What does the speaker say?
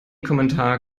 kommentar